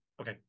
okay